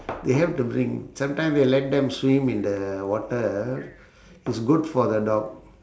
they have to bring sometimes they let them swim in the water ah it's good for the dog